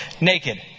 naked